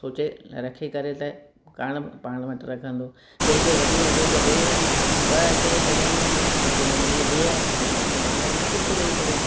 सोचे रखी करे त कान पाण वटि रखंदो जंहिंखे वॾियूं वॾियूं जॻहियूं आहिनि ॿ टे जॻहियूं आहिनि सोचींदो मुंहिंजी धीउ आहे हिकिड़ो हाणे हिकु जॻहि उनखे बि थो ॾेई छॾियां